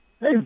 Hey